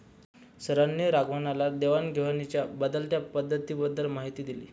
सरांनी राघवनला देवाण घेवाणीच्या बदलत्या पद्धतींबद्दल माहिती दिली